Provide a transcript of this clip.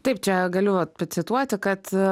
taip čia galiu pacituoti kad